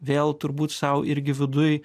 vėl turbūt sau irgi viduj